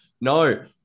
No